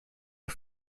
are